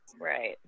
Right